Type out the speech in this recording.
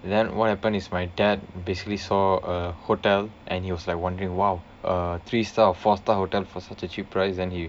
and then what happen is my dad basically saw a hotel and he was like wondering !wow! a three star or four star hotel for such a cheap prices then he